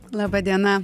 laba diena